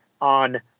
on